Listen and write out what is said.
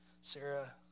Sarah